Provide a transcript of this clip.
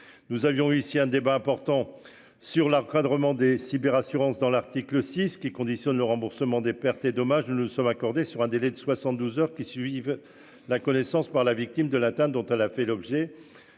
Nous avions ici un débat important sur l'encadrement des cyber assurance dans l'article 6 qui conditionne le remboursement des pertes et dommages. Nous ne sommes accordés sur un délai de 72 heures qui suivent la connaissance par la victime de l'atteinte dont elle a fait l'objet